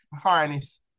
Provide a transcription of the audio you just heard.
harness